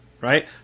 right